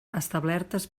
establertes